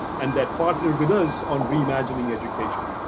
and that partner with us on reimagining education.